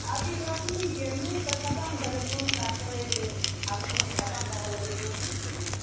अभी रोपनी छियै मूँग तऽ खतम भेलै मूँग साग तोड़ैत रहियै आब मूँग खतम भए गेलै